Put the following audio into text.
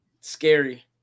Scary